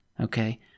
Okay